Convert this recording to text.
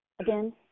again